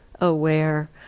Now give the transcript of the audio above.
aware